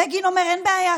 בגין אומר: אין בעיה,